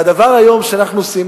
והדבר שאנחנו עושים היום,